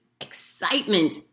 excitement